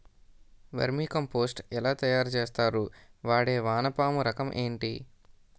Vermi compost ఎలా తయారు చేస్తారు? వాడే వానపము రకం ఏంటి?